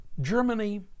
Germany